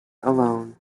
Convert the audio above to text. alone